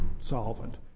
solvent